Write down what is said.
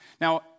Now